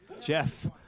Jeff